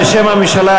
בשם הממשלה,